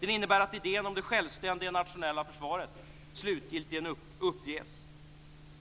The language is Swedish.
Den innebär att idén om det självständiga nationella försvaret slutligen uppges.